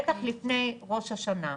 בטח לפני ראש השנה.